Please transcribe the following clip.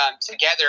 together